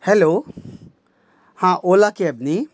hello हां Ola cab न्ही